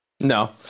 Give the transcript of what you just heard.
No